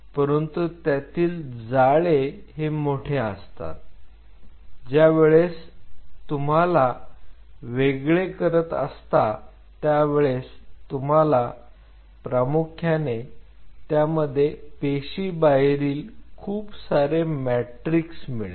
परंतु त्यातील जाळे हे मोठे असतात ज्यावेळेस तुम्हाला वेगळे करत असता त्या वेळेस तुम्हाला प्रमुख्याने त्यामध्ये पेशी बाहेरील खूप सारे मॅट्रिक्स मिळेल